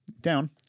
down